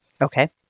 Okay